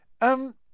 Um